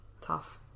tough